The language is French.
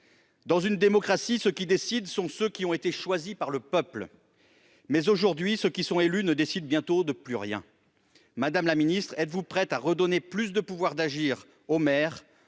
Dans une démocratie, ceux qui décident sont ceux qui ont été choisis par le peuple ; mais les élus ne décideront bientôt de plus rien. Madame la ministre, êtes-vous prête à redonner un pouvoir d'agir plus important